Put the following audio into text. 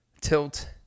tilt